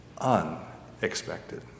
unexpected